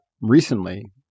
recently